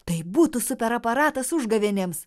tai būtų super aparatas užgavėnėms